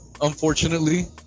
unfortunately